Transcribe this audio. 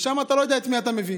ושם אתה לא יודע את מי אתה מביא.